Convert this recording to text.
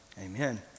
amen